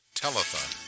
telethon